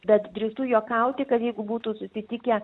bet drįstu juokauti kad jeigu būtų susitikę